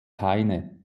keine